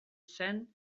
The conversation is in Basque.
zen